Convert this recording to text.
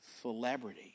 celebrity